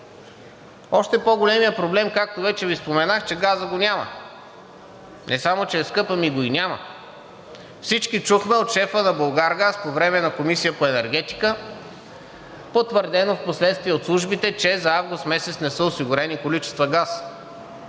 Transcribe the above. Още по-големият проблем, както вече Ви споменах, е, че газът го няма. Не само че е скъп, ами го и няма! Всички чухме от шефа на „Булгаргаз“ по време на Комисията по енергетика, потвърдено впоследствие от службите, че за месец август не са осигурени количества газ.